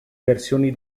versioni